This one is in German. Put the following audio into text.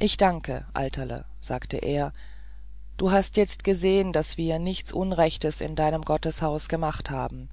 ich danke alterle sagte er du hast jetzt gesehen daß wir nichts unrechtes in deinem gotteshaus gemacht haben